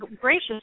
gracious